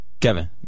Kevin